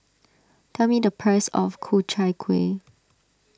tell me the price of Ku Chai Kuih